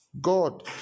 God